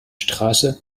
straße